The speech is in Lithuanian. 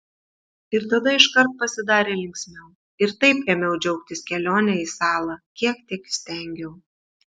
ir tada iškart pasidarė linksmiau ir taip ėmiau džiaugtis kelione į salą kiek tik įstengiau